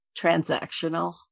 transactional